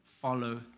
follow